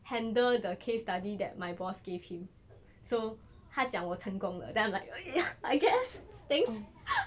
handle the case study that my boss gave him so 他讲我成功了 then I'm like ya I guess thanks like 你觉得你觉得你成功 mah or is it the competence of the mid career switch guy